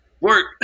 work